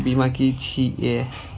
बीमा की छी ये?